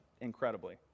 incredibly